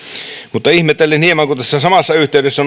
mutta kun samassa yhteydessä